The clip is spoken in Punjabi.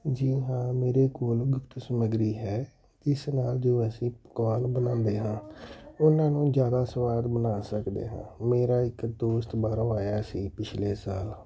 ਜੀ ਹਾਂ ਮੇਰੇ ਕੋਲ ਗੁਪਤ ਸਮੱਗਰੀ ਹੈ ਇਸ ਨਾਲ ਜੋ ਅਸੀਂ ਪਕਵਾਨ ਬਣਾਉਂਦੇ ਹਾਂ ਉਹਨਾਂ ਨੂੰ ਜ਼ਿਆਦਾ ਸਵਾਦ ਬਣਾ ਸਕਦੇ ਹਾਂ ਮੇਰਾ ਇੱਕ ਦੋਸਤ ਬਾਹਰੋਂ ਆਇਆ ਸੀ ਪਿਛਲੇ ਸਾਲ